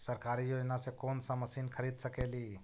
सरकारी योजना से कोन सा मशीन खरीद सकेली?